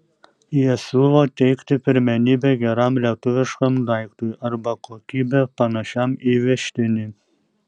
jie siūlo teikti pirmenybę geram lietuviškam daiktui arba kokybe panašiam į įvežtinį